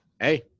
Hey